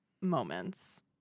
moments